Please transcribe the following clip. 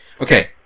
Okay